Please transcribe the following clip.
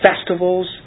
festivals